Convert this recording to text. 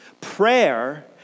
prayer